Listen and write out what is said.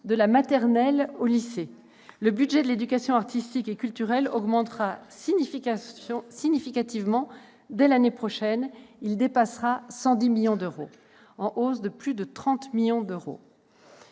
de la maternelle au lycée. Le budget de l'éducation artistique et culturelle augmentera significativement dès l'année prochaine : il dépassera 110 millions d'euros, en hausse de plus de 30 millions d'euros.